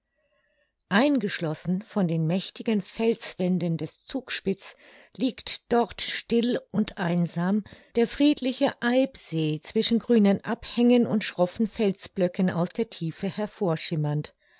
eingeschlossen von den mächtigen felswänden des zugspitz liegt dort still und einsam der friedliche eibsee zwischen grünen abhängen und schroffen felsblöcken aus der tiefe hervor